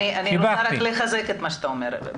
אני רוצה רק לחזק את מה שאה אומר,